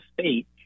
state